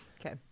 Okay